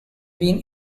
been